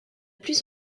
plus